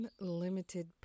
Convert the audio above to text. Unlimited